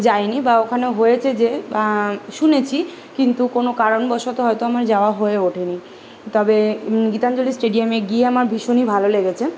যাইনি বা ওখানে হয়েছে যে শুনেছি কিন্তু কোনো কারণবশত হয়তো আমার যাওয়া হয়ে ওঠেনি তবে গীতাঞ্জলি স্টেডিয়ামে গিয়ে আমার ভীষণই ভালো লেগেছে